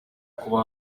kuba